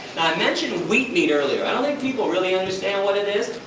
mentioned wheat meat earlier, i don't think people really understand what it is,